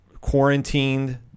quarantined